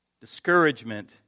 discouragement